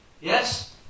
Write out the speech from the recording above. Yes